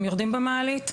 הם יורדים במעלית,